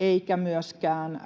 eikä myöskään